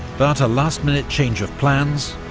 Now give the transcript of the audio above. but a last-minute change of plans,